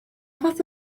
fath